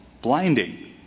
blinding